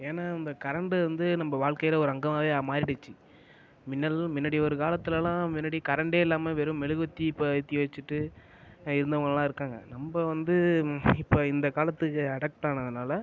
ஏன்னா இந்த கரண்ட்டு வந்து நம்ம வாழ்க்கையில் ஒரு அங்கமாகவே மாறிடுச்சு மின்னல் முன்னடி ஒரு காலத்திலெல்லாம் முன்னடி கரண்ட்டே இல்லாமல் வெறும் மெழுகுவத்தி இப்போ ஏற்றி வச்சுட்டு இருந்தவங்கள்லாம் இருக்காங்க நம்ம வந்து இப்போ இந்த காலத்துக்கு அடாப்ட் ஆனதினால